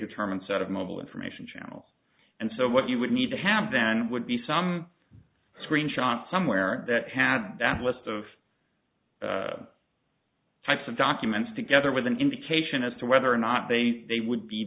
determined set of mobile information channels and so what you would need to have then would be some screenshots somewhere that had that list of types of documents together with an indication as to whether or not they would be